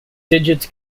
digits